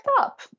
up